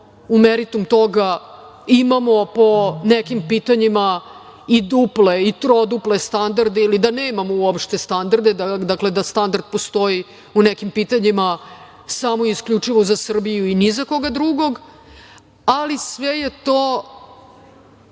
u meritum toga, imao po nekim pitanjima i duple i troduple standarde ili da nemamo uopšte standarde, dakle da standard postoji u nekim pitanjima samo i isključivo za Srbiju i ni za koga drugog, ali sve je to